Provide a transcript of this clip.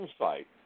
site